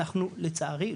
אנחנו לצערי,